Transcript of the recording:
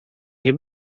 nie